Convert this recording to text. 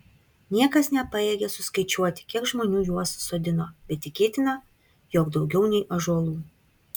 niekas nepajėgė suskaičiuoti kiek žmonių juos sodino bet tikėtina jog daugiau nei ąžuolų